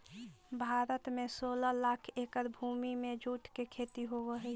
भारत में सोलह लाख एकड़ भूमि में जूट के खेती होवऽ हइ